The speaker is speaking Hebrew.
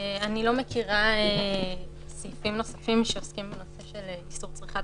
אני לא מכירה סעיפים נוספים שעוסקים בנושא של איסור צריכת